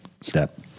step